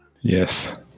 yes